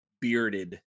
bearded